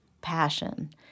passion